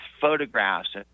photographs